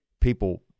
people